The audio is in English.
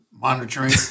monitoring